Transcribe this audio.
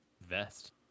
vest